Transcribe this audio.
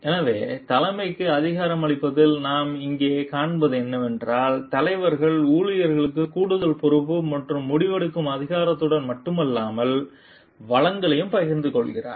எனவே தலைமைக்கு அதிகாரமளிப்பதில் நாம் இங்கே காண்பது என்னவென்றால் தலைவர் ஊழியர்களுக்கு கூடுதல் பொறுப்பு மற்றும் முடிவெடுக்கும் அதிகாரத்துடன் மட்டுமல்லாமல் வளங்களையும் பகிர்ந்து கொள்கிறார்